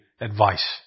advice